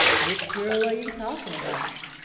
which girl are you talking about?